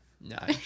No